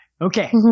Okay